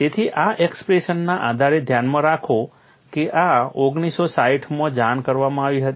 તેથી આ એક્સપ્રેશનના આધારે ધ્યાનમાં રાખો કે આ 1950 માં જાણ કરવામાં આવી હતી